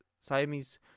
Siamese